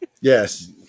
Yes